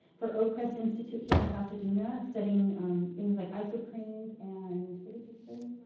for oakcrest institute here in pasadena, studying things like isoprenes and what did you study?